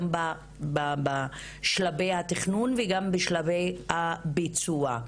גם בשלבי התכנון וגם בשלבי הביצוע.